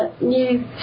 new